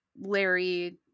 larry